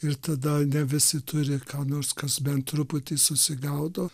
ir tada ne visi turi ką nors kas bent truputį susigaudo